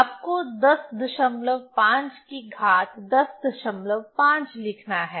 आपको 105 की घात 105 लिखना है